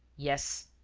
yes.